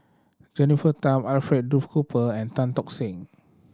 Jennifer Tham Alfred Duff Cooper and Tan Tock Seng